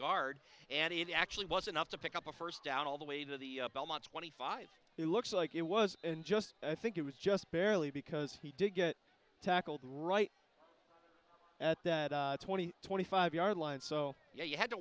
guard and it actually was enough to pick up a first down all the way to the belmont twenty five it looks like it was in just i think it was just barely because he didn't get tackled right at that twenty twenty five yard line so yeah you had to